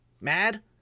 mad